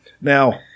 Now